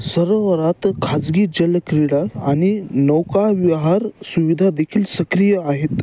सरोवरात खाजगी जलक्रीडा आणि नौकाविहार सुविधा देखील सक्रिय आहेत